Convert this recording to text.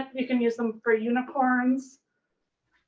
and you can use them for unicorns.